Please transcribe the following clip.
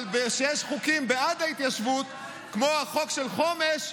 אבל כשיש חוקים בעד ההתיישבות, כמו החוק של חומש,